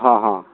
ହଁ ହଁ